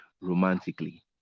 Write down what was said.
romantically